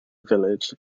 village